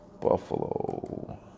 Buffalo